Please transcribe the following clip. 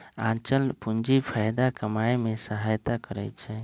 आंचल पूंजी फयदा कमाय में सहयता करइ छै